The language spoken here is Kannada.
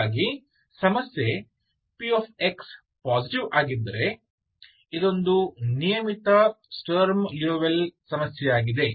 ಹೀಗಾಗಿ ಸಮಸ್ಯೆ px ಪಾಸಿಟಿವ್ ಆಗಿದ್ದರೆ ಇದೊಂದು ನಿಯಮಿತವಾದ ಸ್ಟರ್ಮ್ ಲಿಯೋವಿಲ್ಲೆ ಸಮಸ್ಯೆಯಾಗಿದೆ